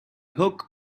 hook